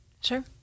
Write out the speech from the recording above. Sure